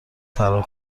فرار